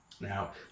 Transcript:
Now